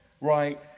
right